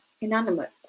inanimate